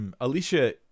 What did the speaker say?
Alicia